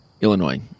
Illinois